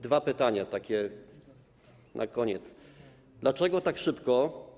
Dwa pytania na koniec: Dlaczego tak szybko?